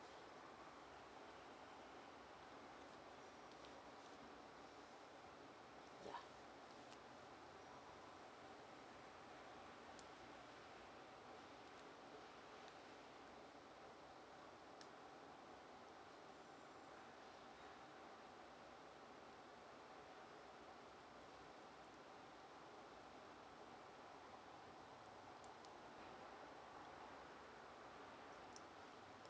yeah